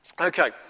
Okay